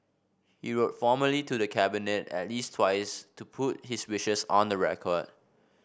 he wrote formally to the Cabinet at least twice to put his wishes on the record